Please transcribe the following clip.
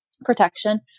protection